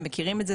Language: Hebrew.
הם מכירים את זה,